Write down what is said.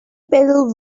pedal